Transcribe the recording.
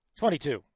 22